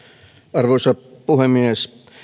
arvoisa puhemies